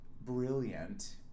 brilliant